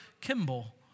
Kimball